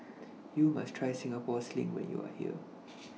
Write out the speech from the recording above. YOU must Try Singapore Sling when YOU Are here